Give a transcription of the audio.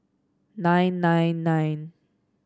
nine nine nine